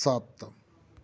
ਸੱਤ